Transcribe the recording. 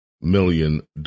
million